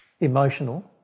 emotional